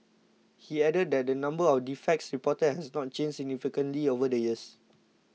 he added that the number of defects reported has not changed significantly over the years